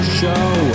show